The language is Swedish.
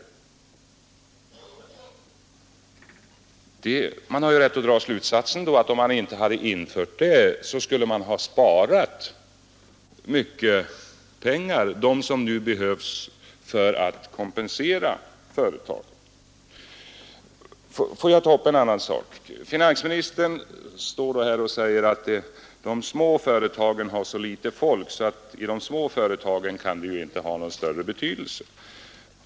Av det uttalandet har man rätt att dra slutsatsen, att om den fördubblade löneskatten inte hade införts så hade man sparat mycket pengar, de pengar som nu behövs för att kompensera företagen. Finansministern säger att de små företagen har så få anställda att den fördubblade löneskatten inte kan ha någon större betydelse för dem.